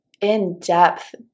in-depth